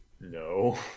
No